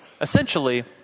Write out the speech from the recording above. Essentially